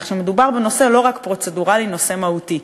כך שמדובר בנושא לא פרוצדורלי, בנושא מהותי.